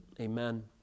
amen